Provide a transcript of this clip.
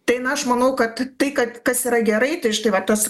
tai na aš manau kad tai kad kas yra gerai tai štai va tas